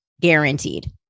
guaranteed